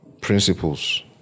principles